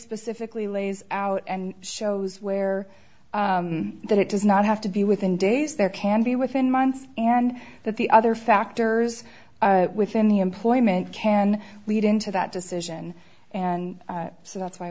specifically lays out and shows where that it does not have to be within days there can be within months and that the other factors within the employment can lead into that decision and so that's why i